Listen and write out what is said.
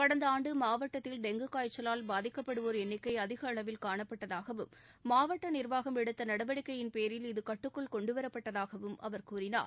கடந்த ஆண்டு மாவட்டத்தில் டெங்கு காய்ச்சலால் பாதிக்கப்படுவோர் எண்ணிக்கை அதிக அளவில் காணப்பட்டதாகவும் மாவட்ட நிர்வாகம் எடுத்த நடவடிக்கையின் பேரில் இது கட்டுக்குள் கொண்டுவரப்பட்டதாகவும் அவர் கூறினார்